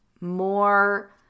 more